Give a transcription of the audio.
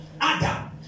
Adam